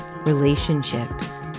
relationships